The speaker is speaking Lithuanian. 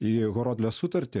į horodlės sutartį